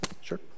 Sure